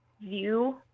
view